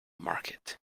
market